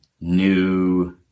new